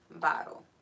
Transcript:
bottle